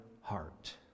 heart